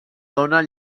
donen